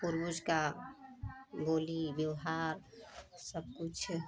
पूर्वूज का बोली व्यवहार सब कुछ